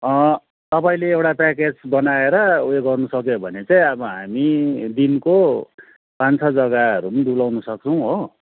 तपाईँले एउटा प्याकेज बनाएर उयो गर्नुसक्यो भने चाहिँ अब हामी दिनको पाँच छ जग्गाहरू पनि डुलाउन सक्छौँ हो